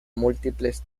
múltiples